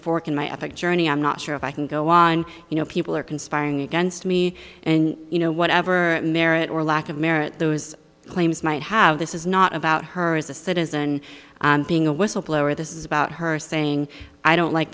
fork in my epic journey i'm not sure if i can go on you know people are conspiring against me and you know whatever merit or lack of merit those claims might have this is not about her as a citizen being a whistleblower this is about her saying i don't like